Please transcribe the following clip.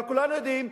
אבל כולם יודעים,